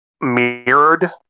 mirrored